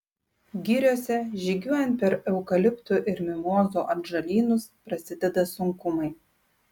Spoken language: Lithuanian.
giriose žygiuojant per eukaliptų ir mimozų atžalynus prasideda sunkumai